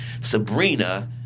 Sabrina